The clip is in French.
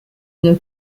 une